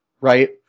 right